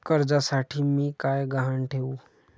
कर्जासाठी मी काय गहाण ठेवू?